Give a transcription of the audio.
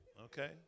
Okay